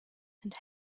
and